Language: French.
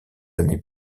années